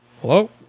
Hello